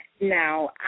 Now